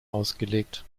ausgelegt